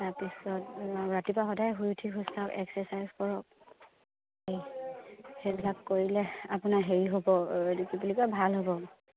তাৰপিছত ৰাতিপুৱা সদায় শুই উঠি খোজকাঢ়ক এক্সাৰচাইজ কৰক এই সেইবিলাক কৰিলে আপোনাৰ হেৰি হ'ব এইটো কি বুলি কয় ভাল হ'ব